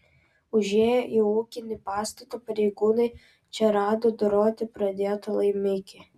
užėję į ūkinį pastatą pareigūnai čia rado doroti pradėtą laimikį